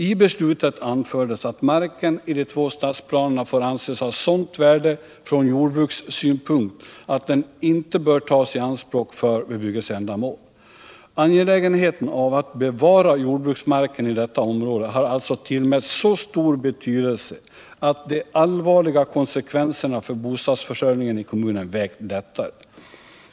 I beslutet anfördes att marken i de två stadsplanerna får anses ha sådant värde från jordbrukssynpunkt att den inte bör tas i anspråk för bebyggelseändamål. Angelägenheten av att bevara jordbruksmarken i detta område har alltså tillmätts så stor betydelse att de allvarliga konsekvenserna för bostadsförsörjningen i kommunen vägt lättare.